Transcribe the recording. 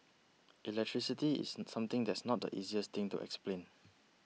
electricity is something that's not the easiest thing to explain